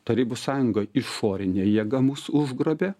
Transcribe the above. tarybų sąjunga išorinė jėga mus užgrobė